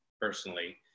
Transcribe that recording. personally